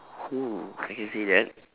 mm I can say that